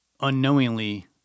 unknowingly